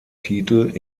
titel